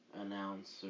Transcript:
announcer